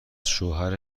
شوهر